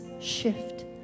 shift